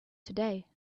today